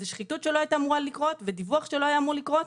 זו שחיתות שלא הייתה אמורה לקרות ודיווח שלא היה אמור לקרות,